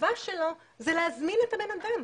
החובה שלו זה להזמין את הבן אדם.